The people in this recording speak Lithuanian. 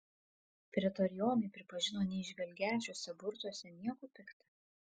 pretorionai pripažino neįžvelgią šiuose burtuose nieko pikta